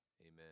Amen